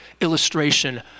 illustration